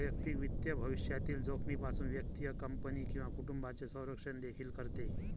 वैयक्तिक वित्त भविष्यातील जोखमीपासून व्यक्ती, कंपनी किंवा कुटुंबाचे संरक्षण देखील करते